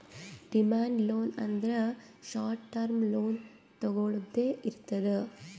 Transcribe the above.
demand loan ಅಂದ್ರ short term loan ತೊಗೊಳ್ದೆ ಇರ್ತದ್